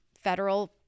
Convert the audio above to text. Federal